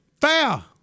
Fair